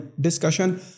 discussion